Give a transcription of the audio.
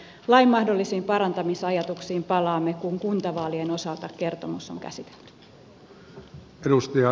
lain mahdollisiin parantamisajatuksiin palaamme kun kuntavaalien osalta kertomus on käsitelty